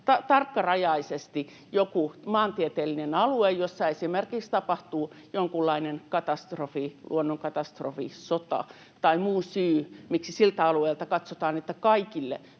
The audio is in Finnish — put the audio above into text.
tarkkarajaisesti joku maantieteellinen alue, jossa esimerkiksi tapahtuu jonkunlainen katastrofi, luonnonkatastrofi, sota tai muu syy, miksi katsotaan, että siltä